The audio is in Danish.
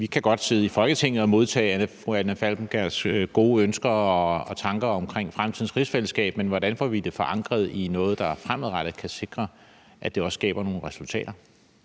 vi kan godt sidde i Folketinget og modtage fru Anna Falkenbergs gode ønsker til og tanker om fremtidens rigsfællesskab, men hvordan får vi det forankret i noget, der fremadrettet kan sikre, at der også skabes nogle resultater?